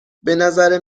بنظر